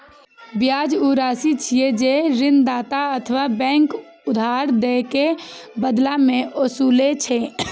ब्याज ऊ राशि छियै, जे ऋणदाता अथवा बैंक उधार दए के बदला मे ओसूलै छै